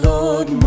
Lord